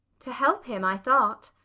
to help him, i thought.